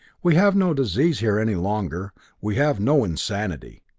we have no disease here any longer we have no insanity.